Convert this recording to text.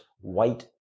white